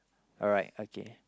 alright okay